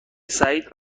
سعید